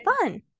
fun